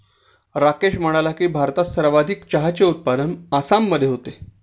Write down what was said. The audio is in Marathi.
राकेश म्हणाला की, भारतात सर्वाधिक चहाचे उत्पादन आसाममध्ये होते